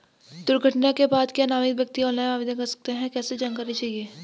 दुर्घटना के बाद क्या नामित व्यक्ति ऑनलाइन आवेदन कर सकता है कैसे जानकारी चाहिए?